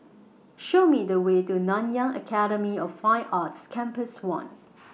Show Me The Way to Nanyang Academy of Fine Arts Campus one